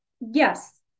Yes